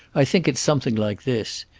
i think it's something like this.